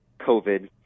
COVID